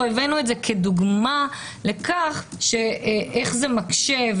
אנחנו הבאנו את זה כדוגמה לכך שזה מקשה.